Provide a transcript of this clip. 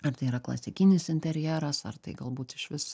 ar tai yra klasikinis interjeras ar tai galbūt išvis